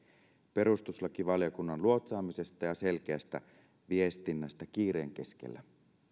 perustuslakivaliokunnan luotsaamisesta ja selkeästä viestinnästä kiireen keskellä